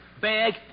bag